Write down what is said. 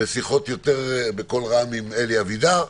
ושיחות יותר בקול עם אלי אבידר,